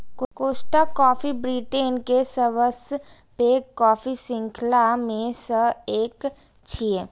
Costa coffee Britain के सबसं पैघ कॉफी शृंखला मे सं एक छियै